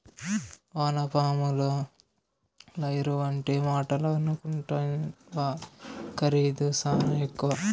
వానపాముల ఎరువంటే మాటలనుకుంటివా ఖరీదు శానా ఎక్కువే